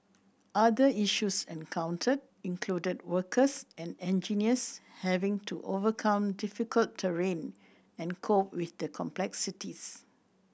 other issues encountered included workers and engineers having to overcome difficult terrain and cope with the complexities